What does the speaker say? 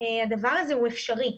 הדבר הזה הוא אפשרי.